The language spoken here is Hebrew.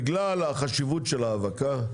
בגלל החשיבות של האבקה,